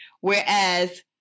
Whereas